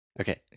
Okay